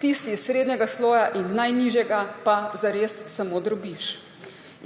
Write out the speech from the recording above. tisti iz srednjega sloja in najnižjega pa zares samo drobiž.